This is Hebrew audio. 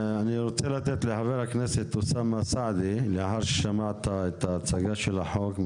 חבר הכנסת אוסאמה סעדי, לאחר ששמעת את הצגת החוק,